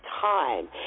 time